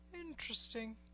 Interesting